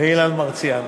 ואילן מרסיאנו.